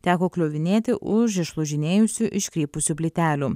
teko kliuvinėti už išlūžinėjusių iškrypusių plytelių